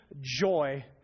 joy